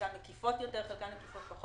חלקן מקיפות יותר וחלקן פחות.